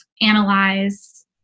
analyze